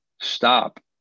stop